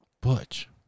Butch